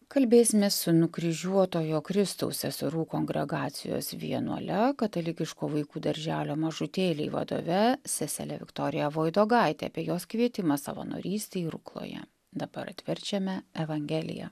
kalbėsimės su nukryžiuotojo kristaus seserų kongregacijos vienuole katalikiško vaikų darželio mažutėliai vadove sesele viktorija voidogaite apie jos kvietimą savanorystei rukloje dabar atverčiame evangeliją